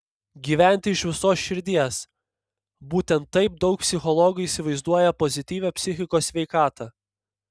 gyventi iš visos širdies būtent taip daug psichologų įsivaizduoja pozityvią psichikos sveikatą